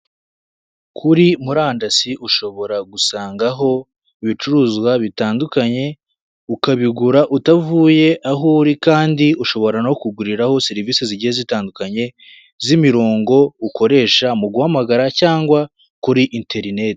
Kuri murandasi ushobora gusangaho ibicuruzwa bitandukanye, ukabigura utavuye aho uri kandi ushobora no kuguriraho serivise zigiye zitandukanye z'imirongo ukoresha mu guhamagara cyangwa kuri interineti.